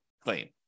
claim